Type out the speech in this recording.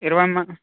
ఇరవైమ్మా